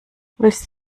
willst